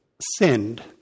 sinned